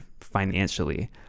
financially